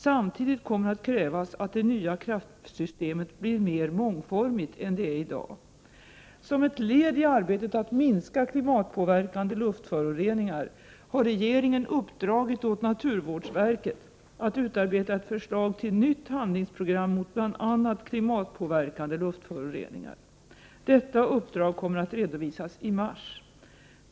Samtidigt kommer det att krävas att det nya kraftsystemet blir mera mångformigt än det är i dag. Som ett led i arbetet att minska klimatpåverkande luftföroreningar har regeringen uppdragit åt naturvårdsverket att utarbeta ett förslag till nytt handlingsprogram mot bl.a. klimatpåverkande luftföroreningar. Detta uppdrag kommer att redovisas i mars.